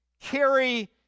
carry